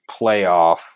playoff